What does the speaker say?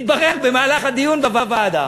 התברר במהלך הדיון בוועדה